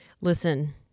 Listen